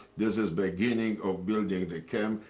this is beginning of building the camp.